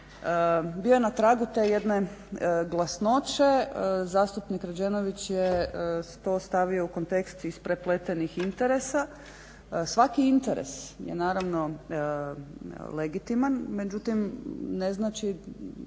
bio je na tragu te jedne glasnoće. Zastupnik Rađenović je to stavio u kontekst isprepletenih interesa. Svaki interes je naravno legitiman međutim ne znači